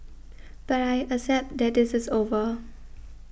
but I accept that this is over